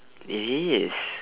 it is